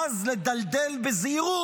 ואז לדלל בזהירות,